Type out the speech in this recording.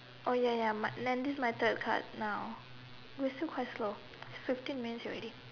ya ya my then this is my third card now we're still quite slow